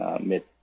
mid